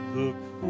Look